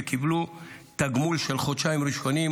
וקיבלו תגמול של חודשיים ראשונים,